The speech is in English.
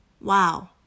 wow